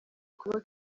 kuba